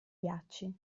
ghiacci